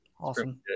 awesome